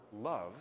love